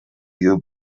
you